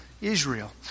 Israel